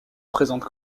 présente